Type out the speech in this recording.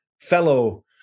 fellow